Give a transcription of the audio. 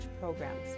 programs